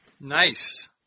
Nice